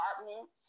apartments